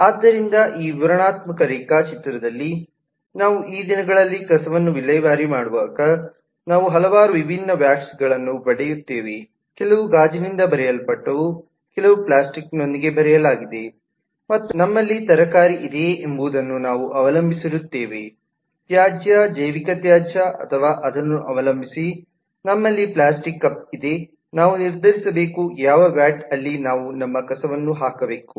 ಆದ್ದರಿಂದ ಈ ವಿವರಣಾತ್ಮಕ ರೇಖಾಚಿತ್ರದಲ್ಲಿ ನಾವು ಈ ದಿನಗಳಲ್ಲಿ ಕಸವನ್ನು ವಿಲೇವಾರಿ ಮಾಡುವಾಗ ನಾವು ಹಲವಾರು ವಿಭಿನ್ನ ವ್ಯಾಟ್ ಗಳನ್ನು ಪಡೆಯುತ್ತೇವೆ ಕೆಲವು ಗಾಜಿನಿಂದ ಬರೆಯಲ್ಪಟ್ಟವು ಕೆಲವು ಪ್ಲಾಸ್ಟಿಕ್ನೊಂದಿಗೆ ಬರೆಯಲಾಗಿದೆ ಮತ್ತು ನಮ್ಮಲ್ಲಿ ತರಕಾರಿ ಇದೆಯೇ ಎಂಬುದನ್ನು ನಾವು ಅವಲಂಬಿಸಿರುತ್ತೇವೆ ತ್ಯಾಜ್ಯ ಜೈವಿಕ ತ್ಯಾಜ್ಯ ಅಥವಾ ಅದನ್ನು ಅವಲಂಬಿಸಿ ನಮ್ಮಲ್ಲಿ ಪ್ಲಾಸ್ಟಿಕ್ ಕಪ್ ಇದೆ ನಾವು ನಿರ್ಧರಿಸಬೇಕು ಯಾವ ವ್ಯಾಟ್ಅಲ್ಲಿ ನಾವು ನಮ್ಮ ಕಸವನ್ನು ಹಾಕಬೇಕು